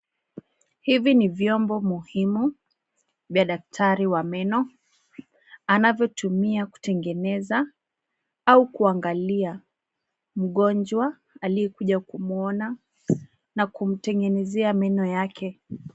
Hivi ni vyombo muhimu vya daktari wa meno anavyotumia kutengeneza au kuangalia mgonjwa aliyekuja kumuona na kumtengenezea meno yake.